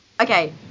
okay